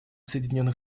соединенных